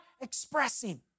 expressing